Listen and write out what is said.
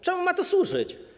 Czemu ma to służyć?